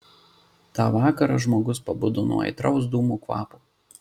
tą vakarą žmogus pabudo nuo aitraus dūmų kvapo